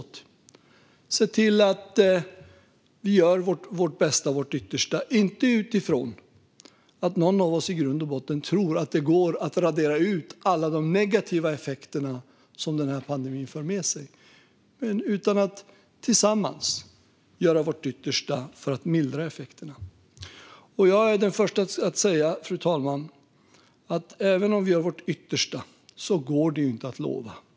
Låt oss se till att göra vårt bästa och vårt yttersta, inte utifrån att någon av oss i grund och botten tror att det går att radera ut alla de negativa effekter som den här pandemin för med sig utan utifrån att vi tillsammans ska göra vårt yttersta för att mildra effekterna. Jag är den förste att säga att det inte går att lova något även om vi gör vårt yttersta, fru talman.